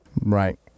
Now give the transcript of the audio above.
Right